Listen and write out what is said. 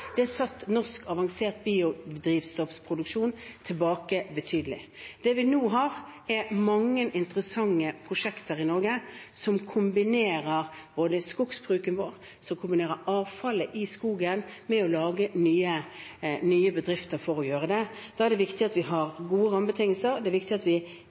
norsk avansert biodrivstoffproduksjon betydelig tilbake. Vi har nå mange interessante prosjekter i Norge f.eks. innenfor skogbruket, der man kombinerer det å benytte avfallet i skogen med å lage nye bedrifter. Da er det viktig at vi har gode rammebetingelser. Det er viktig at vi